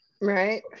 Right